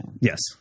Yes